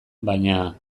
baina